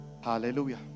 Hallelujah